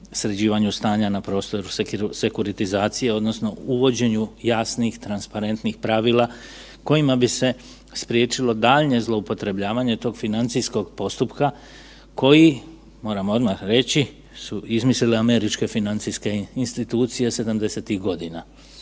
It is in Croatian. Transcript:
sređivanju stanja na prostoru sekuritizacije, odnosno uvođenju jasnih, transparentnih pravila kojima bi se spriječilo daljnje zloupotrebljavanje tog financijskog postupka koji, moramo odmah reći su izmislile američke financijske institucije 70-ih godina.